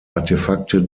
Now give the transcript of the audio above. artefakte